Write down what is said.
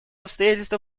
обстоятельства